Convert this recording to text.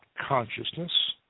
consciousness